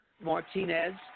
Martinez